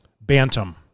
bantam